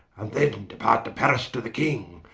then depart to paris, to the king,